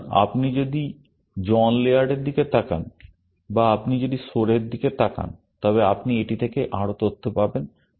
সুতরাং আপনি যদি জন লেয়ার্ডের দিকে তাকান বা আপনি যদি সোরের দিকে তাকান তবে আপনি এটি থেকে আরও তথ্য পাবেন